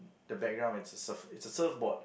the background it's a surf it's a surfboard